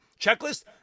Checklist